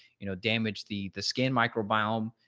you know, damage the the skin microbiome,